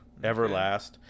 Everlast